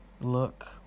look